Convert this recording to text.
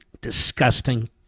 disgusting